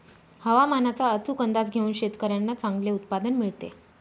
हवामानाचा अचूक अंदाज घेऊन शेतकाऱ्यांना चांगले उत्पादन मिळते